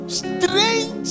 strange